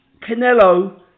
Canelo